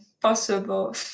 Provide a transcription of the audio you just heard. possible